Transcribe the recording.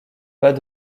pas